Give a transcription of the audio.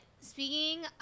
speaking